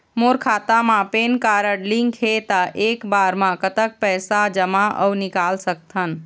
मोर खाता मा PAN card link हे ता एक बार मा कतक पैसा जमा अऊ निकाल सकथन?